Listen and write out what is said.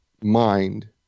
mind